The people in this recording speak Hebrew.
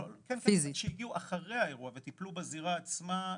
גם שהגיעו אחרי האירוע וטפלו בזירה עצמה,